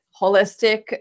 holistic